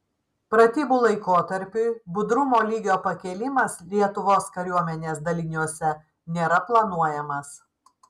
pratybų laikotarpiui budrumo lygio pakėlimas lietuvos kariuomenės daliniuose nėra planuojamas